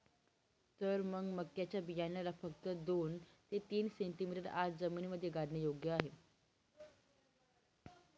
तर मग मक्याच्या बियाण्याला फक्त दोन ते तीन सेंटीमीटर आत जमिनीमध्ये गाडने योग्य आहे